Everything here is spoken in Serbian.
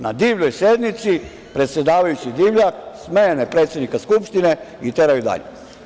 Na divljoj sednici, predsedavajući Divljak, smene predsednika Skupštine i teraju dalje.